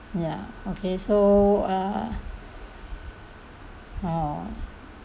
ya okay so uh oh